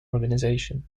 organization